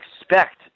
expect